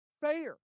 fair